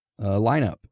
lineup